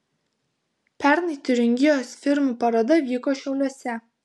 pernai tiuringijos firmų paroda vyko šiauliuose